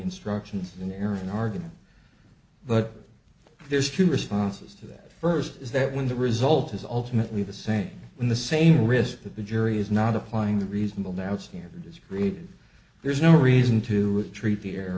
instructions and there an argument but there's two responses to that first is that when the result is ultimately the same when the same risk that the jury is not applying the reasonable doubt standard is created there's no reason to treat the air